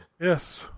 Yes